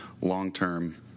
long-term